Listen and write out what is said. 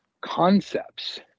concepts